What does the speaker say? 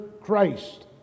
Christ